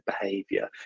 behavior